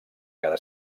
cada